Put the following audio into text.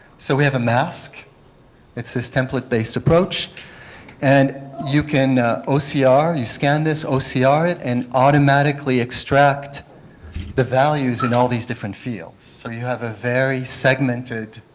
so we have a mask that says template based approach and you can ocr, ah you can scan this ocr ah it and automatically extract the values in all these different fields so you have a very segmented,